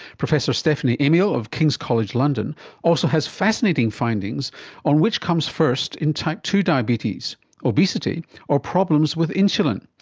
professor stephanie amiel of kings college london also has fascinating findings on which comes first in type two diabetes obesity or problems with insulin.